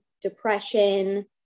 depression